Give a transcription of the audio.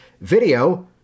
Video